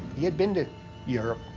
he had been to europe.